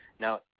Now